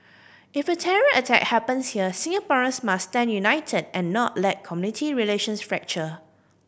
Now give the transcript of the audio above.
if a terror attack happens here Singaporeans must stand united and not let community relations fracture